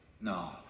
No